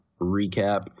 recap